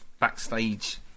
backstage